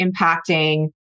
impacting